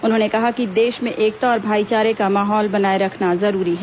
उन्होंने कहा कि देश में एकता और भाईचारे का माहौल बनाए रखना जरूरी है